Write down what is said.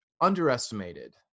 underestimated